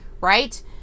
right